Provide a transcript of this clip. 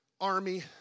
army